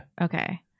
Okay